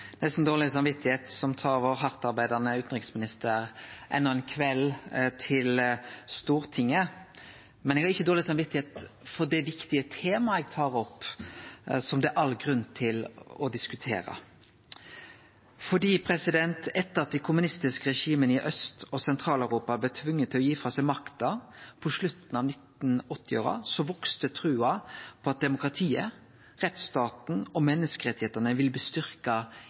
nesten dårleg samvit som tar vår hardtarbeidande utanriksminister enda ein kveld til Stortinget, men eg har ikkje dårleg samvit for det viktige temaet eg tar opp, og som det er all grunn til å diskutere. Etter at dei kommunistiske regima i Aust- og Sentral-Europa blei tvinga til å gi frå seg makta på slutten av 1980-åra, vaks trua på at demokratiet, rettsstaten og menneskerettane ville bli